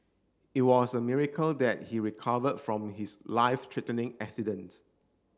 it was a miracle that he recovered from his life threatening accident